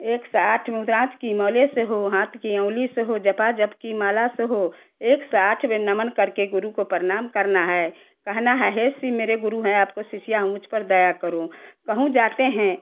एक साथ में रुद्राक्ष की मालों से हो हाथ की अँगुली से हो जपाजप की माला से हो एक सौ आठ बार नमन करके गुरु को प्रणाम करना है कहना है हे शिव मेरे गुरु हैं आपको शिष्या हूँ मुझ पर दया करो कहीं जाते हैं